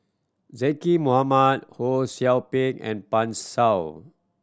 Zaqy Mohamad Ho Sou Ping and Pan Shou